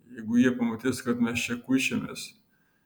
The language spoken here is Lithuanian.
jeigu jie pamatys kaip mes čia kuičiamės